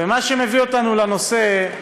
ומה שמביא אותנו לנושא,